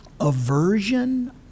aversion